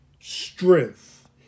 strength